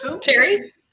terry